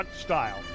style